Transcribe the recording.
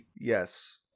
Yes